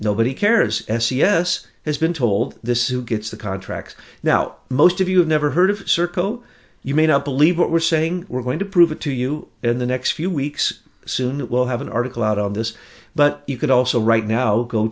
nobody cares s e s has been told this who gets the contracts now most of you have never heard of serco you may not believe what we're saying we're going to prove it to you in the next few weeks soon it will have an article out on this but you could also right now go